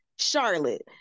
Charlotte